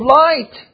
light